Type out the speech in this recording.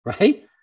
right